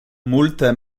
multe